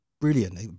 brilliant